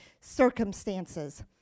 circumstances